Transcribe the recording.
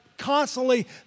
constantly